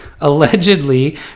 allegedly